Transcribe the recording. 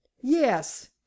yes